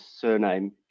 surname